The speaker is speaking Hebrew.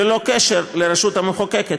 ללא קשר לרשות המחוקקת,